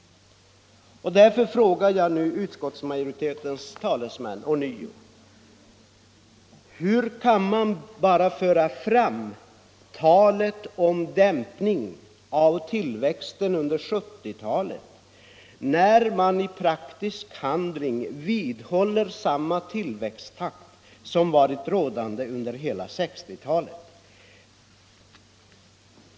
Jag frågar nu ånyo utskottsmajoritetens talesmän: Hur kan man bara föra fram talet om dämpning av tillväxten under 1970-talet, när man i praktisk handling vidhåller samma tillväxttakt som var rådande under hela 1960-talet?